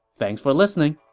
thanks for listening